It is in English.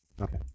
Okay